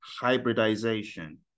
hybridization